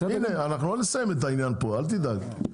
אנחנו לא נסיים את העניין פה, אל תדאג.